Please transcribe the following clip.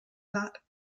not